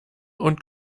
und